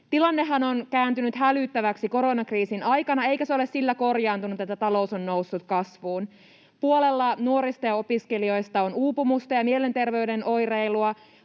Tilannehan on kääntynyt hälyttäväksi koronakriisin aikana, eikä se ole sillä korjaantunut, että talous on noussut kasvuun. Puolella nuorista ja opiskelijoista on uupumusta ja mielenterveyden oireilua.